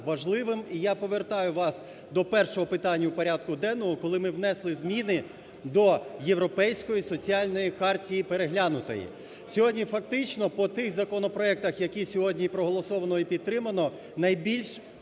надважливим, і я повертаю вас до першого питання порядку денного, коли ми внесли зміни до Європейської соціальної хартії (переглянутої). Сьогодні фактично по тих законопроектах, які сьогодні і проголосовано, і підтримано, найбільш